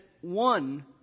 one